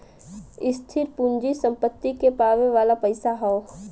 स्थिर पूँजी सम्पत्ति के पावे वाला पइसा हौ